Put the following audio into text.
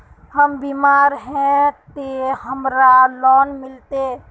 हम बीमार है ते हमरा लोन मिलते?